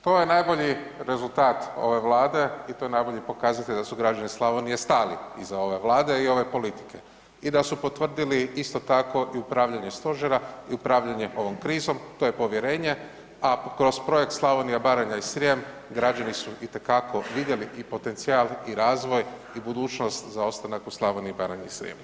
To je najbolji rezultat ove Vlade i to je najbolji pokazatelj da su građani Slavonije stali iza ove Vlade i ove politike i da su potvrdili, isto tako i upravljanje Stožera i upravljanje ovom krizom, to je povjerenje, a kroz projekt Slavnija, Baranja i Srijem, građani su itekako vidjeli i potencijal i razvoj i budućnost za ostanak u Slavoniji, Baranji i Srijemu.